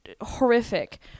horrific